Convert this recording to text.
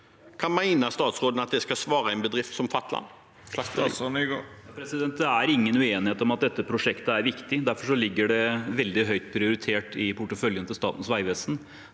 Hva mener statsråden at jeg skal svare en bedrift som Fatland?